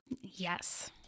Yes